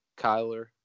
Kyler